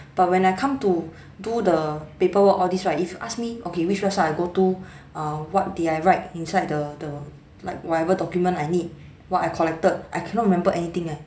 but when I come to do the paperwork all these right if you ask me okay which website I go to err what did I write inside the the like whatever document I need what I collected I cannot remember anything eh